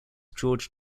george